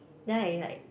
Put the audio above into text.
then I like